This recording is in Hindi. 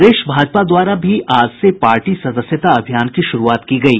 प्रदेश भाजपा द्वारा भी आज से पार्टी सदस्यता अभियान की शुरूआत की गयी